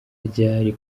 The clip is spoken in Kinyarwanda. ryari